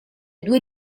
due